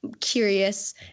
curious